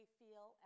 feel